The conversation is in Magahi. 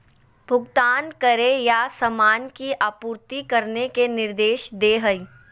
भुगतान करे या सामान की आपूर्ति करने के निर्देश दे हइ